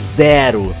zero